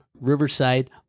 Riverside